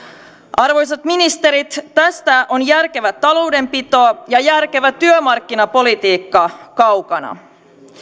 arvoisat ministerit tästä on järkevä taloudenpito ja järkevä työmarkkinapolitiikka kaukana